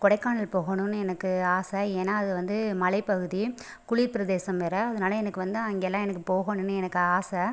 கொடைக்கானல் போகணும்னு எனக்கு ஆசை ஏன்னால் அது வந்து மலைப்பகுதி குளிர்ப்பிரதேசம் வேறே அதனால் எனக்கு வந்து அங்கெல்லாம் எனக்கு போகணும்னு எனக்கு ஆசை